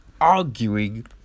Arguing